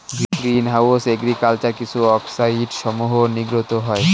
green house agriculture কিছু অক্সাইডসমূহ নির্গত হয়